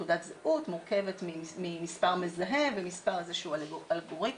תעודת זהות מורכבת ממספר מזהה ואיזשהו אלגוריתם,